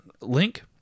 link